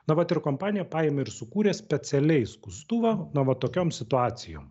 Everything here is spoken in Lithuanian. na vat ir kompanija paėmė ir sukūrė specialiai skustuvą na va tokiom situacijom